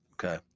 Okay